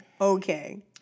Okay